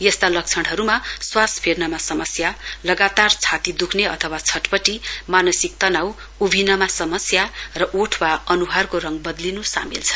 यस्ता लक्षणहरुमा श्वास फेर्नमा समस्या लगातार छाती दुख्ने अथवा छटपटी मानसिक तनाव उभिनमा समस्या र ओठ वा अनुहारको रंग वदलिनु सामेल छन्